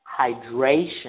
hydration